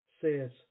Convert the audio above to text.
Says